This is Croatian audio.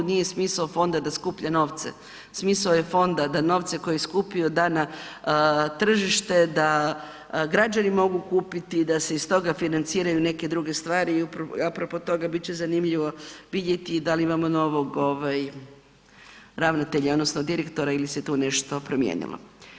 Nije smisao fonda da skuplja novca, smisao je fonda da novce koje je skupio da na tržište da građani mogu kupiti da se iz toga financiraju neke druge stvari i apropo toga bit će zanimljivo vidjeti da li imamo novog ovaj ravnatelja odnosno direktora ili se tu nešto promijenilo.